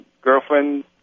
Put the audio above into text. Girlfriend